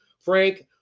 Frank